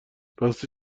راستی